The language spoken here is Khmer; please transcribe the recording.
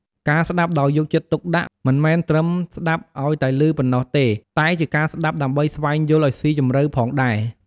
ការស្តាប់ដោយយកចិត្តទុកដាក់ មិនមែនត្រឹមស្តាប់ឲ្យតែលឺប៉ុណ្ណោះទេ តែជាការស្តាប់ដើម្បីស្វែងយល់ឲ្យសុីជម្រៅផងដែរ។